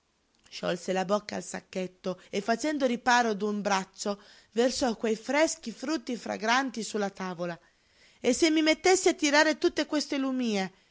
sciolse la bocca al sacchetto e facendo riparo d'un braccio versò quei freschi frutti fragranti sulla tavola e se mi mettessi a tirare tutte queste lumíe